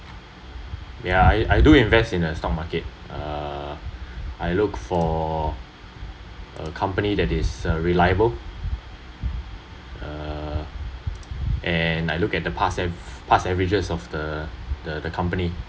ya I I do invest in the stock market uh I look for a company that is reliable uh and I look at the past av~ past averages of the the company